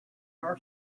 our